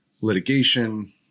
litigation